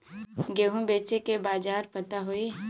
गेहूँ बेचे के बाजार पता होई?